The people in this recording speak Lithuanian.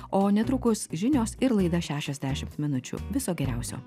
o netrukus žinios ir laida šešiasdešimt minučių viso geriausio